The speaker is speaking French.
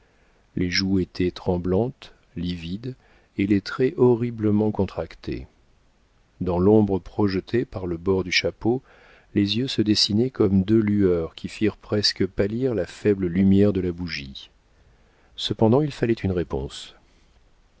les joues étaient tremblantes livides et les traits horriblement contractés dans l'ombre projetée par le bord du chapeau les yeux se dessinaient comme deux lueurs qui firent presque pâlir la faible lumière de la bougie cependant il fallait une réponse